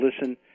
listen